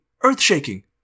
earth-shaking